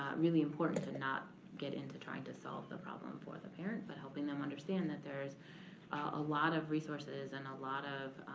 really important to not get into trying to solve the problem for the parent but helping them understand that there is a lot of resources and a lot of